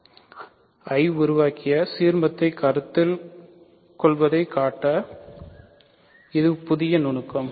I உருவாக்கிய சீர்மத்தை கருத்தில் கொள்வதைக் காட்ட இது புதிய நுணுக்கம்